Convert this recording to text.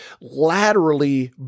laterally